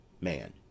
Man